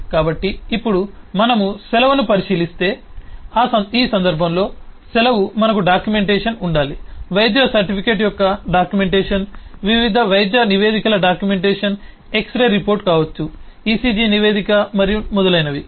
కాబట్టి ఇప్పుడు మనము సెలవును పరిశీలిస్తే ఈ సందర్భంలో సెలవు మనకు డాక్యుమెంటేషన్ ఉండాలి వైద్యుల సర్టిఫికేట్ యొక్క డాక్యుమెంటేషన్ వివిధ వైద్య నివేదికల డాక్యుమెంటేషన్ ఎక్స్ రే రిపోర్ట్ కావచ్చు ECG నివేదిక మరియు మొదలైనవి